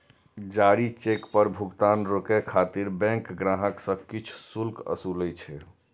जारी चेक पर भुगतान रोकै खातिर बैंक ग्राहक सं किछु शुल्क ओसूलै छै